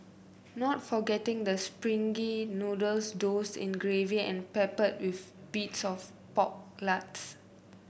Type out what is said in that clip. not forgetting the springy noodles doused in gravy and peppered with bits of pork lards